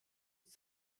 ist